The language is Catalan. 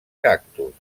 cactus